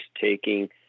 taking